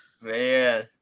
Man